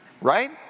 Right